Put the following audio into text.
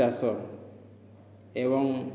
ଚାଷ ଏବଂ